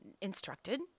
instructed